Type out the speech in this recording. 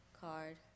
card